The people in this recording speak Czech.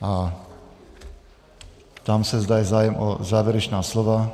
Ptám se, zda je zájem o závěrečná slova.